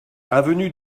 avenue